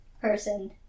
person